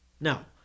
Now